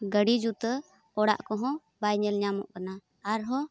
ᱜᱟᱹᱰᱤᱡᱩᱛᱟᱹ ᱚᱲᱟᱜ ᱠᱚᱦᱚᱸ ᱵᱟᱭ ᱧᱮᱞ ᱧᱟᱢᱚᱜ ᱠᱟᱱᱟ ᱟᱨᱦᱚᱸ